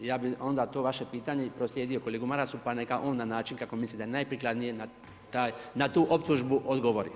Ja bi onda to vaše pitanje proslijedio kolegi Marasu pa neka on na način kako misli da je najprikladnije na tu optužbu odgovori.